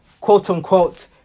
quote-unquote